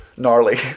Gnarly